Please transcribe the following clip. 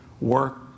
Work